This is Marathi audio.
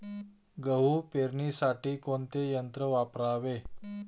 गहू पेरणीसाठी कोणते यंत्र वापरावे?